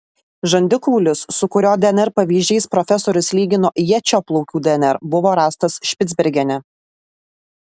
žandikaulis su kurio dnr pavyzdžiais profesorius lygino ječio plaukų dnr buvo rastas špicbergene